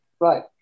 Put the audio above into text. Right